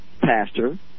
pastor